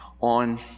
on